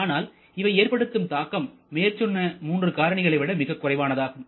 ஆனால் இவை ஏற்படுத்தும் தாக்கம் மேற்சொன்ன மூன்று காரணிகளை விட மிகக் குறைவானதாகும்